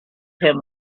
him